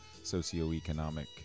socioeconomic